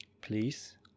Please